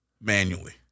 manually